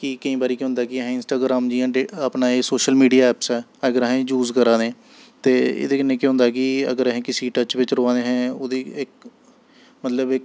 कि केईं बारी केह् होंदा कि अस इंस्टाग्राम जि'यां डे अपना एह् सोशल मीडिया ऐप्स ऐ अगर अस यूज करा दे ते एह्दे कन्नै केह् होंदा कि अगर अस किसी टच्च बिच्च र'वा दे हैं ओह्दे इक मतलब इक